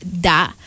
da